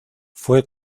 fue